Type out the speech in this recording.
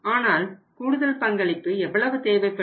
ஆனால் கூடுதல் பங்களிப்பு எவ்வளவு தேவைப்படும்